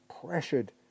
pressured